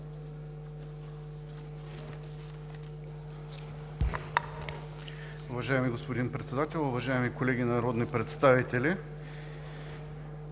Уважаеми господин Председател, уважаеми колеги! Ако си представим,